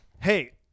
hey